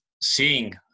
seeing